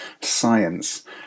science